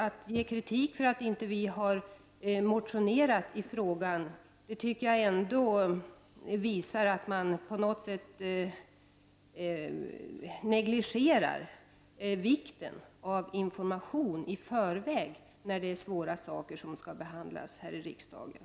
Att kritisera oss för att inte ha motionerat i frågan visar att man på något sätt negligerar vikten av information i förväg om svåra saker som skall behandlas här i riksdagen.